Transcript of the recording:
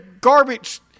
garbage